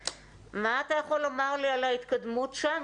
מה אתה יכול לומר לי על ההתקדמות שם